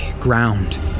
ground